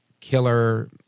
killer